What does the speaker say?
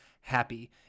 happy